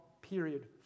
period